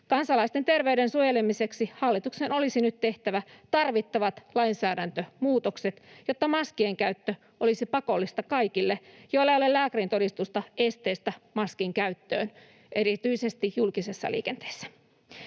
Kansalaisten terveyden suojelemiseksi hallituksen olisi nyt tehtävä tarvittavat lainsäädäntömuutokset, jotta maskien käyttö olisi pakollista kaikille, joilla ei ole lääkärintodistusta esteestä maskin käyttöön, erityisesti julkisessa liikenteessä.